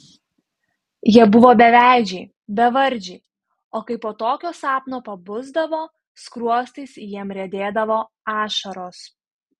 jie buvo beveidžiai bevardžiai o kai po tokio sapno pabusdavo skruostais jam riedėdavo ašaros